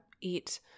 eat